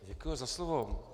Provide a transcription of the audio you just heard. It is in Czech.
Děkuji za slovo.